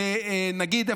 נגיד,